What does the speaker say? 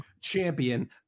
Champion